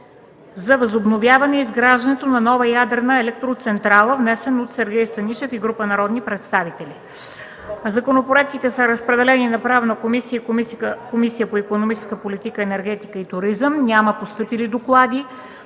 за възобновяване изграждането на нова ядрена електроцентрала, внесен от Сергей Станишев и група народни представители. Законопроектите са разпределени на Правната комисия и Комисията по икономическата политика, енергетика и туризъм. Няма постъпили доклади